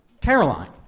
Caroline